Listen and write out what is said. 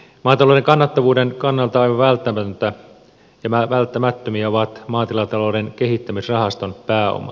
maatalouden kannattavuuden kannalta aivan välttämättömiä ovat maatilatalouden kehittämisrahaston pääomat